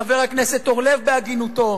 חבר הכנסת אורלב בהגינותו,